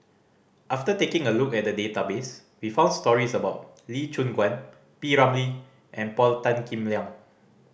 after taking a look at the database we found stories about Lee Choon Guan P Ramlee and Paul Tan Kim Liang